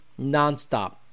nonstop